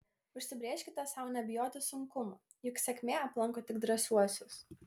užsibrėžkite sau nebijoti sunkumų juk sėkmė aplanko tik drąsiuosius